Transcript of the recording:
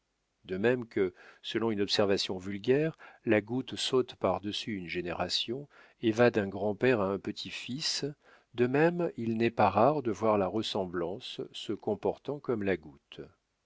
de même que selon une observation vulgaire la goutte saute par-dessus une génération et va d'un grand-père à un petit-fils de même il n'est pas rare de voir la ressemblance se comportant comme la goutte